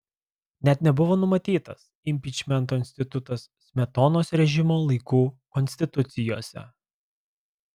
net nebuvo numatytas impičmento institutas smetonos režimo laikų konstitucijose